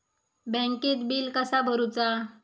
बँकेत बिल कसा भरुचा?